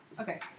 Okay